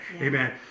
amen